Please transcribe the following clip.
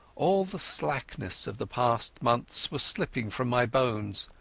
all the slackness of the past months was slipping from my bones,